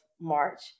March